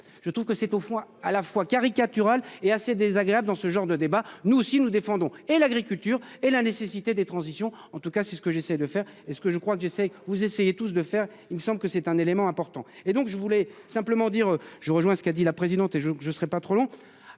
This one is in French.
Je trouve que c'est au moins à la fois caricatural et assez désagréable dans ce genre de débat. Nous si nous défendons et l'agriculture. Et la nécessité des transitions en tout cas c'est ce que j'essaie de faire et ce que je crois que je vous essayer tous de faire, il me semble que c'est un élément important et donc je voulais simplement dire, je rejoins ce qu'a dit la présidente. Et je je serai pas trop long.